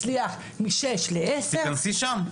אז תיכנסי שם.